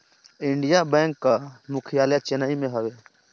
Indian bank कअ मुख्यालय चेन्नई में हवे